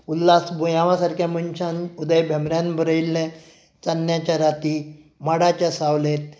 उल्हास बुयांवा सारक्या मनशान उदय भेंब्य्रान बरयल्लें चांन्याच्या राती माडाच्या सावळेंत